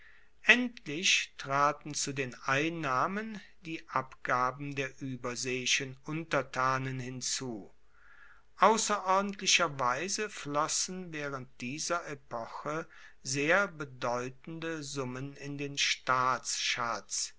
endlich traten zu den einnahmen die abgaben der ueberseeischen untertanen hinzu ausserordentlicherweise flossen waehrend dieser epoche sehr bedeutende summen in den staatsschatz